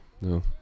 no